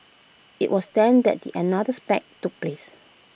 IT was then that another spat took place